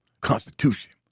Constitution